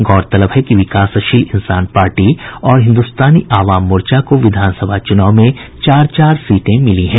गौरतलब है कि विकासशील इन्सान पार्टी और हिन्दुस्तानी अवाम मोर्चा को विधानसभा चुनाव में चार चार सीटें मिली हैं